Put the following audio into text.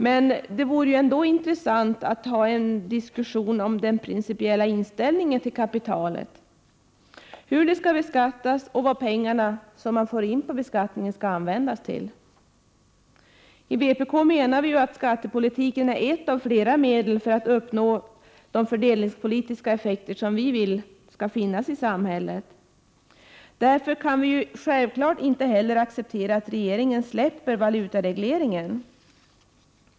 Men nog vore det intressant att ändå få en diskussion om den principiella inställningen till kapitalet — hur skall det beskattas och vad skall de pengar som beskattningen ger användas till? I vpk menar vi att skattepolitiken är ett av flera medel för att uppnå de fördelningspolitiska effekter som vi vill skall finnas i samhället. Därför kan vi självfallet inte heller acceptera att regeringen släpper valutaregleringen.